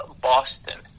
Boston